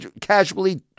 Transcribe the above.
casually